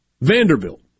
Vanderbilt